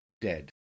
dead